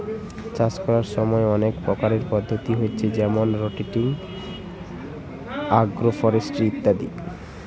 চাষ কোরার সময় অনেক প্রকারের পদ্ধতি হচ্ছে যেমন রটেটিং, আগ্রফরেস্ট্রি ইত্যাদি